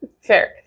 fair